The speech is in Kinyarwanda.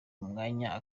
umwanya